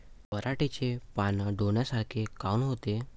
पराटीचे पानं डोन्यासारखे काऊन होते?